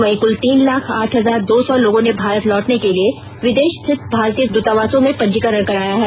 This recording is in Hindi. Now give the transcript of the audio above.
वहीं कुल तीन लाख आठ हजार दो सौ लोगों ने भारत लौटने के लिए विदेश स्थित भारतीय द्रतावासों में पंजीकरण कराया है